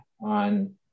on